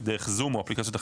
דרך זום או אפליקציות אחרות,